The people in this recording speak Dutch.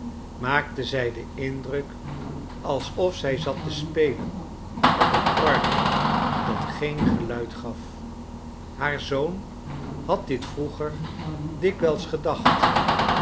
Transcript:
maukte zij den indruk alsof zij zat te spelen op een orgel dat geen geluid gaf haar zoon had dit vroeger dikwijls gedacht